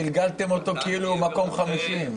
גלגלתם אותו כאילו הוא מקום 50,